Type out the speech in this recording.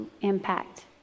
impact